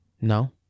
No